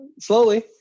slowly